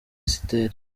esiteri